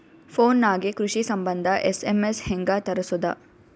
Phone ನಾಗೆ ಕೃಷಿ ಸಂಬಂಧ ಎಸ್.ಎಮ್.ಎಸ್ ಹೆಂಗ ತರಸೊದ?